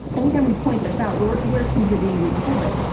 anytime we point this out, we're we're accused of being russophobic.